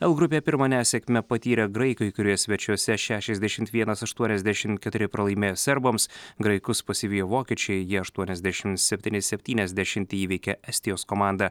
l grupėje pirmą nesėkmę patyrę graikai kurie svečiuose šešiasdešimt vienas aštuoniasdešimt keturi pralaimėjo serbams graikus pasivijo vokiečiai jie aštuoniasdešimt septyni septyniasdešimt įveikė estijos komanda